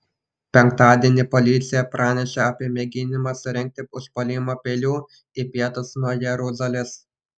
penktadienį policija pranešė apie mėginimą surengti užpuolimą peiliu į pietus nuo jeruzalės